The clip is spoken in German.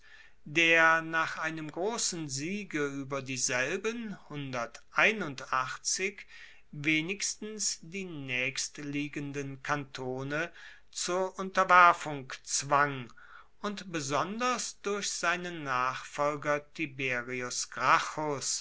der nach einem grossen siege ueber dieselben wenigstens die naechstliegenden kantone zur unterwerfung zwang und besonders durch seinen nachfolger tiberius